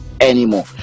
anymore